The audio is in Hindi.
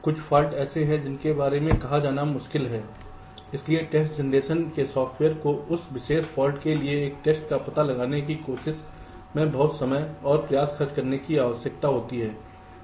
कुछ फाल्ट ऐसे हैं जिनके बारे में कहा जाना मुश्किल है इसलिए टेस्ट जनरेशन के सॉफ़्टवेयर को उस विशेष फाल्ट के लिए एक टेस्ट का पता लगाने की कोशिश में बहुत समय और प्रयास खर्च करने की आवश्यकता होती है